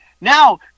now